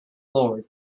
lord